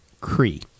Cree